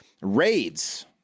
raids